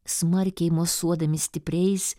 smarkiai mosuodami stipriais